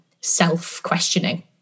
self-questioning